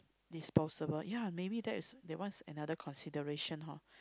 disposable ya maybe that is that's one another consideration hor